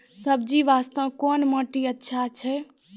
सब्जी बास्ते कोन माटी अचछा छै?